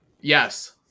Yes